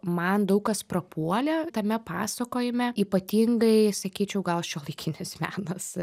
man daug kas prapuolė tame pasakojime ypatingai sakyčiau gal šiuolaikinis menas